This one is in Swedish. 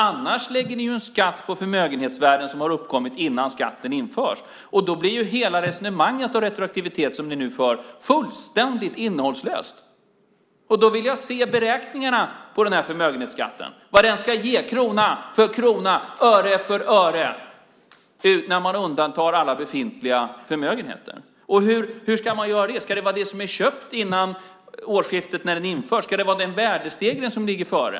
Annars lägger ni en skatt på förmögenhetsvärden som har uppkommit innan skatten införs. Då blir hela resonemanget om retroaktivitet som ni nu för fullständigt innehållslöst. Då vill jag se beräkningarna på vad förmögenhetsskatten ska ge, krona för krona, öre för öre, när man undantar alla befintliga förmögenheter. Hur ska man göra det? Ska det vara det som är köpt före årsskiftet när skatten införs? Ska det vara den värdestegring som ligger före?